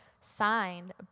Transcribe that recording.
Signed